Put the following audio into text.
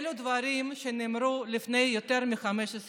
אלה דברים שנאמרו לפני יותר מ-15 שנים.